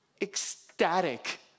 ecstatic